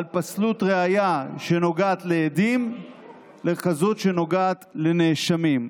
על פסלות ראיה שנוגעת לעדים לכזאת שנוגעת לנאשמים,